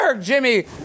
Jimmy